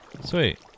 Sweet